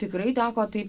tikrai teko tai